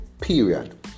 period